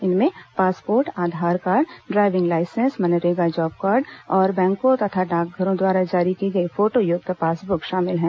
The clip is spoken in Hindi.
इनमें passport Aadhaar card driving licence MNREGA job card और बैंकों तथा डाकघरों द्वारा जारी की गई फोटोयुक्त पासबुक शामिल हैं